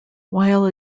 while